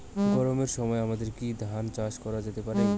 গরমের সময় আমাদের কি ধান চাষ করা যেতে পারি?